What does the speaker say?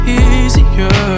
easier